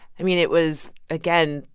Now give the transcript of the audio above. i mean, it was again,